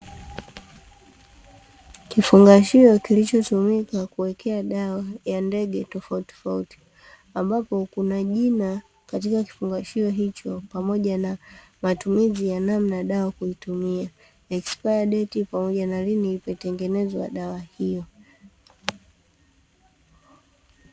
Kifungashio kilichotumika kuwekea dawa ya ndege tofautitofauti, ambapo kuna jina katika kifungashio hicho pamoja na matumizi ya namna dawa kuitumia, "expire date" pamoja na lini imetengenezwa dawa hiyo.